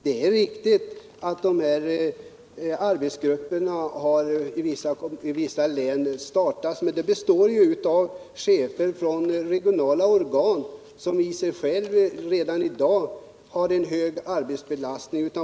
Det är riktigt att arbetsgrupper har startat i vissa län, men de består ju av chefer från regionala organ som i sig själva redan i dag har en hög arbetsbelastning.